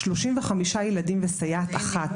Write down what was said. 35 ילדים וסייעת אחת,